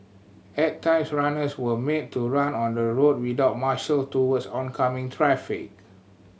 at times runners were made to run on the road without marshal towards oncoming traffic